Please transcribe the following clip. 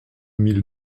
mille